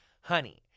Honey